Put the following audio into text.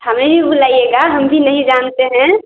हमें भी बुलाइएगा हम भी नहीं जानते हैं